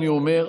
אני אומר,